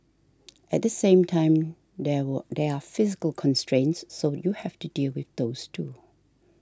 at the same time there were they're physical constraints so you have to deal with those too